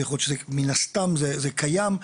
ויכול להיות שמן הסתם זה קיים,